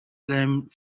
lamp